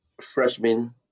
freshman